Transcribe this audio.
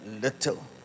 little